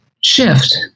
shift